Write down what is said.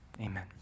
amen